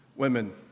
women